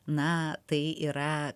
na tai yra